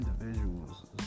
individuals